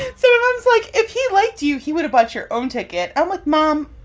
and so like, if he liked you, he would've bought your own ticket. i'm like, mom,